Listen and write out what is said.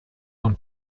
von